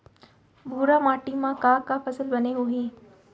भूरा माटी मा का का फसल बने होही?